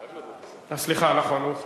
נכון, הוחלפתם.